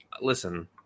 listen